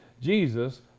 Jesus